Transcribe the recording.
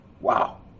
Wow